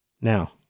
Now